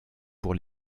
pour